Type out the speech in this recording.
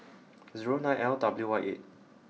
zero nine L W Y eight